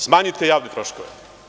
Smanjite javne troškove.